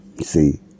See